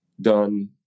done